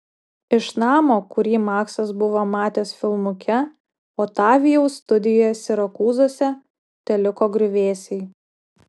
iš namo kurį maksas buvo matęs filmuke otavijaus studijoje sirakūzuose teliko griuvėsiai